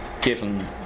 given